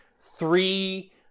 three